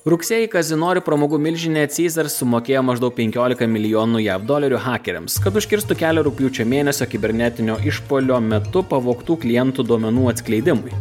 rugsėjį kazino ir pramogų milžinė ceasars sumokėjo maždaug penkiolika milijonų jav dolerių hakeriams kad užkirstų kelią rugpjūčio mėnesio kibernetinio išpuolio metu pavogtų klientų duomenų atskleidimui